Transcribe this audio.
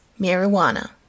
marijuana